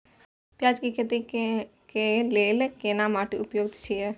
पियाज के खेती के लेल केना माटी उपयुक्त छियै?